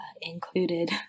included